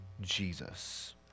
Jesus